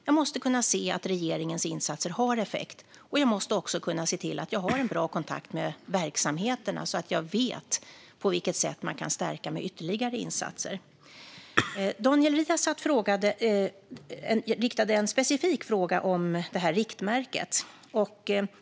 Jag måste kunna se att regeringens insatser har effekt. Jag måste också kunna se till att jag har en bra kontakt med verksamheterna så att jag vet på vilket sätt man kan stärka med ytterligare insatser. Daniel Riazat ställde en specifik fråga om riktmärket.